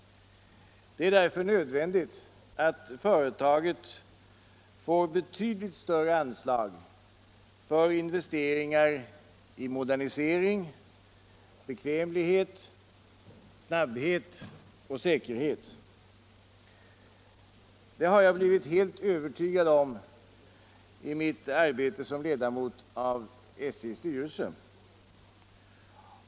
Det är därför nödvändigt att företaget får betydligt större anslag för investeringar i modernisering, bekvämlighet, snabbhet och säkerhet. Det har jag blivit helt övertygad om i mitt arbete som ledamot av SJ:s styrelse.